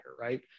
right